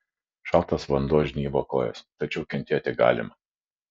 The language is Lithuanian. šaltas vanduo žnybo kojas tačiau kentėti galima